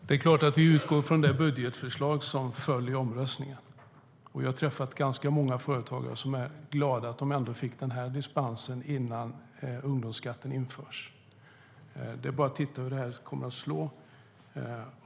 Herr talman! Det är klart att vi utgår från det budgetförslag som föll i omröstningen. Jag har träffat ganska många företagare som är glada att de fick den här dispensen innan ungdomsskatten införs. Det är bara att titta hur det här kommer att slå.